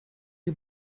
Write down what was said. you